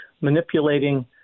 manipulating